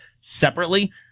separately